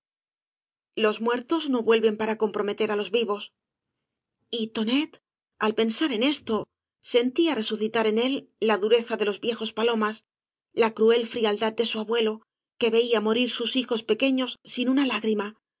los muertos no vuelven para comprometer á los vivos y tonet al pensar esto sentía resucitar en él la dureza de los viejos palomas la cruel frialdad de su abuelo que veía morir sus hijos pequeños sin una lágrima